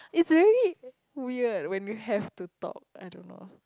it's very weird when you have to talk I don't know